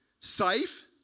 safe